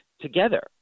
together